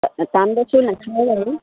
টান বস্তু নেখাওঁ বাৰু